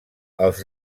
els